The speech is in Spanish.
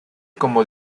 como